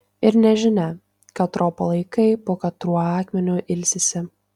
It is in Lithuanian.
ir nežinia katro palaikai po katruo akmeniu ilsisi